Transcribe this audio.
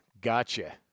Gotcha